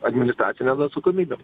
administracinėn atsakomybėn